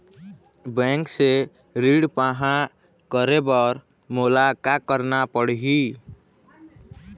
Bank से ऋण पाहां करे बर मोला का करना पड़ही?